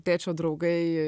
tėčio draugai